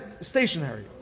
stationary